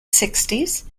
sixties